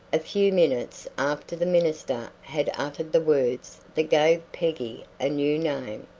a few minutes after the minister had uttered the words that gave peggy a new name.